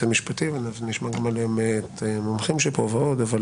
המשפטי ונשמע גם את המומחים ואחרים.